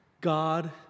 God